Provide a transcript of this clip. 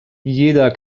jeder